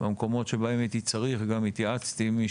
במקומות שבהם הייתי צריך גם התייעצתי עם מי